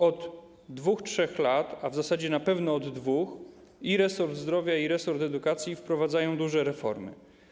Od 2-3 lat, a w zasadzie na pewno od 2 lat, i resort zdrowia, i resort edukacji wprowadzają duże reformy.